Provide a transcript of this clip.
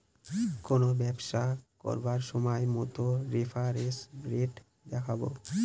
কোনো ব্যবসা করবো সময় মতো রেফারেন্স রেট দেখাবো